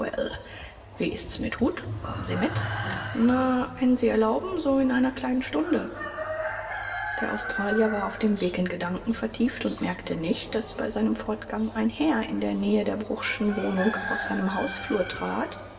wie ist's mit huth kommen sie mit nach wenn sie erlauben so in einer kleinen stunde der australier war auf dem weg in gedanken vertieft und merkte nicht daß bei seinem fortgang ein herr in der nähe der bruchsschen wohnung aus einem hausflur trat